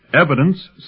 Evidence